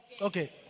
Okay